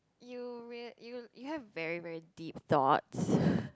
you will you you have very very deep thoughts